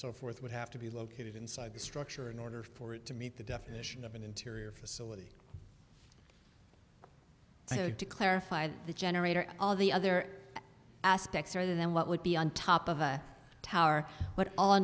so forth would have to be located inside the structure in order for it to meet the definition of an interior facility so to clarify the generator and all the other aspects are there then what would be on top of a tower but all i